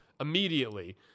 immediately